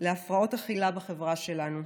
להפרעות אכילה בחברה שלנו.